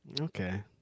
Okay